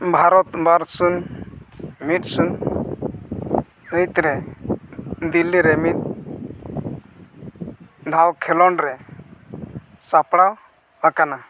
ᱵᱷᱟᱨᱚᱛ ᱵᱟᱨ ᱥᱩᱱ ᱢᱤᱫ ᱥᱩᱱ ᱢᱤᱫ ᱨᱮ ᱫᱤᱞᱞᱤ ᱨᱮ ᱢᱤᱫ ᱫᱷᱟᱣ ᱠᱷᱮᱞᱳᱰ ᱨᱮ ᱥᱟᱯᱲᱟᱣ ᱟᱠᱟᱱᱟ